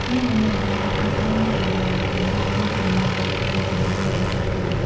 អ្នកនឹងមានអារម្មណ៍ថាខ្លួនឯងមានប្រយោជន៍ និងបានរួមចំណែកដល់ការរីកចម្រើនរបស់សង្គម។